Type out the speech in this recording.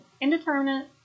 indeterminate